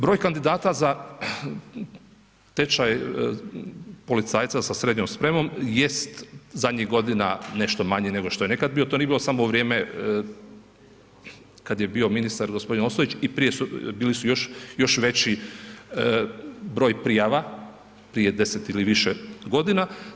Broj kandidata za tečaj policajca sa srednjom spremom jest zadnjih godina nešto manji nego što je neka bio, to nije bilo samo u vrijeme kad je bio ministar gospodin Ostojić i prije su, bili su još veći broj prijava, prije 10 ili više godina.